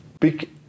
big